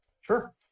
Sure